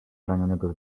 zranionego